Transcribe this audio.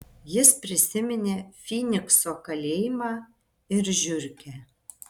jis prisiminė fynikso kalėjimą ir žiurkę